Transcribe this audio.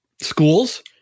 schools